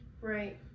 Right